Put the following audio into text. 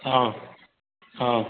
অঁ অঁ